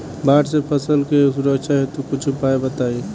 बाढ़ से फसल के सुरक्षा हेतु कुछ उपाय बताई?